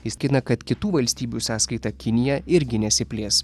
jis kina kad kitų valstybių sąskaita kinija irgi nesiplės